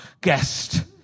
guest